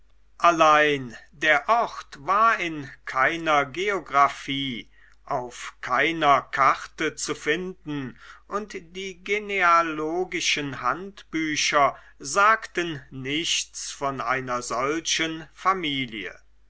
allein der ort war in keiner geographie auf keiner karte zu finden und die genealogischen handbücher sagten nichts von einer solchen familie